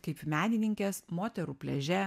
kaip menininkės moterų pliaže